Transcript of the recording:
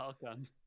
Welcome